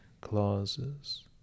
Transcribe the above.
clauses